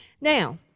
Now